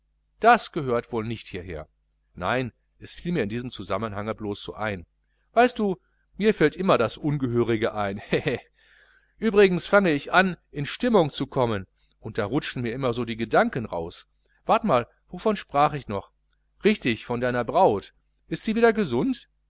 das gehört wol nicht hierher nein es fiel mir in diesem zusammenhange blos so ein weißt du mir fällt immer das ungehörige ein hehe übrigens fange ich an in stimmung zu kommen und da rutschen mir immer die gedanken aus wart mal wovon sprach ich doch richtig von deiner braut ist sie wieder gesund